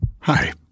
Hi